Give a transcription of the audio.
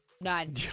None